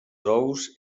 ous